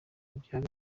byari